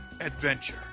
adventure